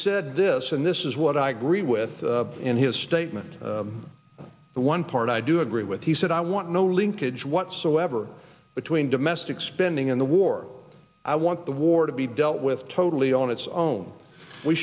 said this and this is what i agree with in his statement the one part i do agree with he said i want no linkage whatsoever between domestic spending in the war i want the war to be dealt with totally on its own we